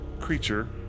creature